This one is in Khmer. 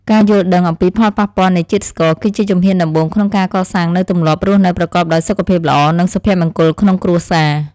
ការយល់ដឹងអំពីផលប៉ះពាល់នៃជាតិស្ករ គឺជាជំហានដំបូងក្នុងការកសាងនូវទម្លាប់រស់នៅប្រកបដោយសុខភាពល្អ និងសុភមង្គលក្នុងគ្រួសារ។